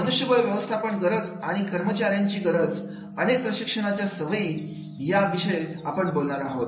मनुष्यबळ व्यवस्थापन गरज आणि कर्मचाऱ्यांची गरज अनेक प्रशिक्षणाच्या सवयी या विषय आपण बोलणार आहोत